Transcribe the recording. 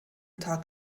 tag